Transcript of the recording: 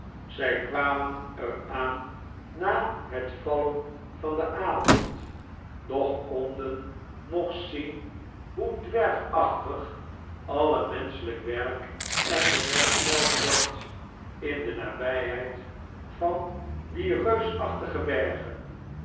zg kwamen er aan na het vallen van den avond doch konden nog zien hoe dwergachtig alle menschelgk werk en de mensch zelf wordt in de nabgheid van die reusachtige bergen